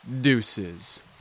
deuces